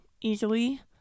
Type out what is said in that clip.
easily